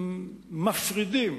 מפרידים